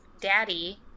daddy